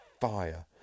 fire